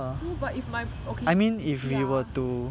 no but if I mean you see[ah]